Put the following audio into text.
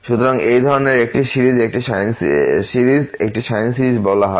সুতরাং এই ধরনের একটি সিরিজ একটি সাইন সিরিজ বলা হয়